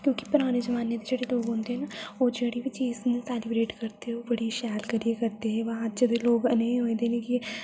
क्युंकी पराने जमाने दे जेह्ड़े लोक होंदे ओह् जेह्ड़ी बी चीज नु सेलीब्रेट करदे ओ बड़ी शैल करियै करदे हे बा अजे दे लोक नए ओए दे न की